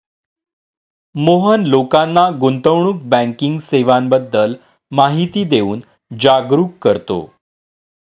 मोहन लोकांना गुंतवणूक बँकिंग सेवांबद्दल माहिती देऊन जागरुक करतो